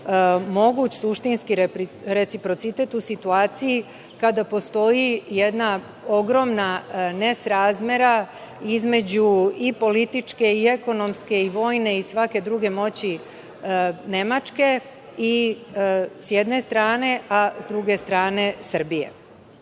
moguć, suštinski reciprocitet, u situaciji kada postoji jedna ogromna nesrazmera između političke i ekonomske i vojne i svake druge moći Nemačke, s jedne strane, a sa druge strane